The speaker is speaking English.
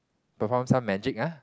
perform some magic ah